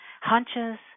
hunches